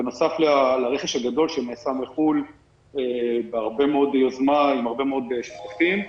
בנוסף לרכש הגדול שנעשה מחו"ל בהרבה מאוד יוזמה עם הרבה מאוד שופטים,